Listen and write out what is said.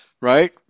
right